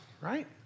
right